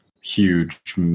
huge